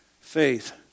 Faith